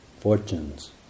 fortunes